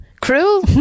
Cruel